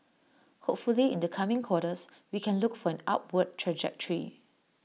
hopefully in the coming quarters we can look for an upward trajectory